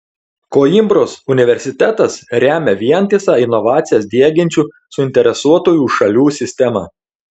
koimbros universitetas remia vientisą inovacijas diegiančių suinteresuotųjų šalių sistemą